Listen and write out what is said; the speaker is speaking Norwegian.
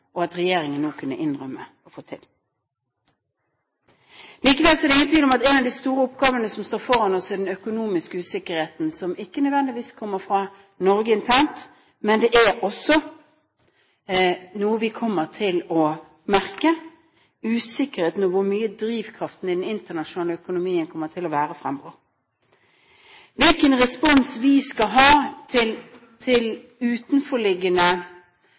og at regjeringen må kunne innrømme og få til. Likevel er det ingen tvil om at en av de store oppgavene som står foran oss, er den økonomiske usikkerheten, som ikke nødvendigvis kommer fra Norge internt. Men det er også noe vi kommer til å merke: usikkerheten, og hvor stor drivkraften i den internasjonale økonomien kommer til å være fremover. Hvilken respons vi skal ha på utenforliggende